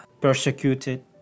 persecuted